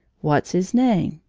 what's his name?